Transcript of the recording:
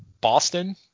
Boston